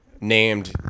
named